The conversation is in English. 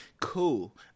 cool